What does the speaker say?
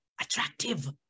attractive